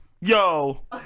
Yo